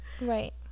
right